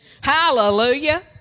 Hallelujah